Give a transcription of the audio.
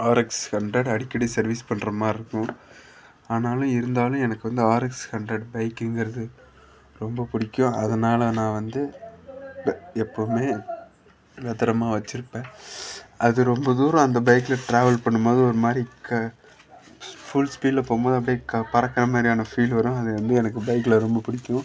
RX hundred அடிக்கடி service பண்ணுற மாதிரி இருக்கும் ஆனாலும் இருந்தாலும் எனக்கு வந்து ஆர்எக்ஸ் ஹண்ட்ரட் பைக்குங்கறது ரொம்பப் பிடிக்கும் அதனால் நான் வந்து த எப் எப்போவுமே பத்திரமா வச்சிருப்பேன் அது ரொம்ப தூரம் அந்த பைக்கில் ட்ராவல் பண்ணும் போது ஒரு மாதிரி க ஃபுல் ஸ்பீடில் போகும் போது அப்படியே க பறக்கிற மாதிரியான ஃபீல் வரும் அது வந்து எனக்கு பைக்கில் ரொம்பப் பிடிக்கும்